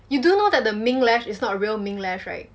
you do know that the mink lash is not a real mink lash right